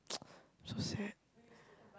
so sad